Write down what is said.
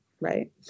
right